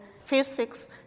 physics